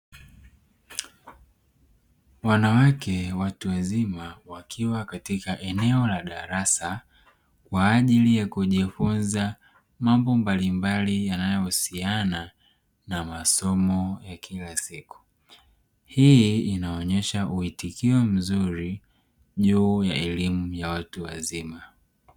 Wanawake watu wazima wakiwa katika eneo la darasa kwa ajili ya kijifunza mambo mbalimbali yanayohusiana na masomo ya kila siku, hii inaonesha muitikio mzuri juu ya elimu ya watu wazima.